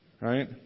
Right